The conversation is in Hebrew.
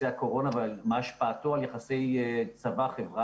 הקורונה ועל מה השפעתו על יחסי צבא-חברה,